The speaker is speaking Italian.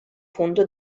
punto